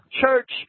church